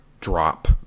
drop